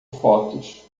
fotos